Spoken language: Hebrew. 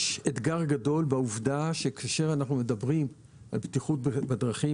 יש אתגר גדול בעובדה שכאשר אנחנו מדברים על בטיחות בדרכים,